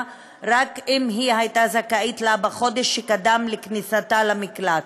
רק אם היא הייתה זכאית לה בחודש שקדם לכניסתה למקלט.